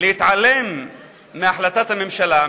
להתעלם מהחלטת הממשלה,